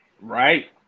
right